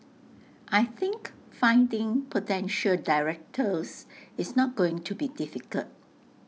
I think finding potential directors is not going to be difficult